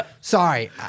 sorry